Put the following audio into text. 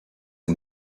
est